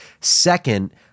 Second